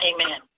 Amen